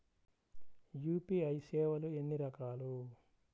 UPI సేవలు ఎన్నిరకాలు?